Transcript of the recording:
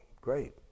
great